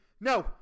no